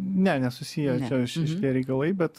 ne nesusiję čia ši šitie reikalai bet